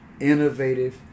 innovative